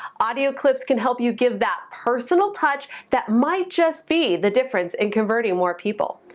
audio clips can help you give that personal touch, that might just be the difference in converting more people.